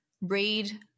read